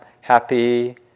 happy